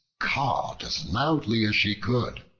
cawed as loudly as she could.